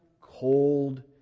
cold